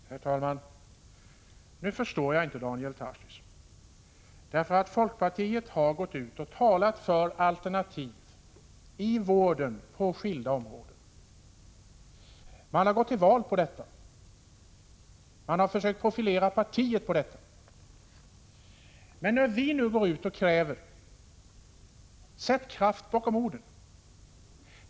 Herr talman! Nu förstår jag inte Daniel Tarschys. Folkpartiet har talat för alternativ på skilda områden i vården. Man har gått till val på och försökt profilera partiet på detta förespråkande av alternativ. Nu kräver vi: Sätt kraft bakom orden!